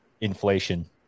inflation